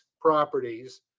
properties